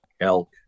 elk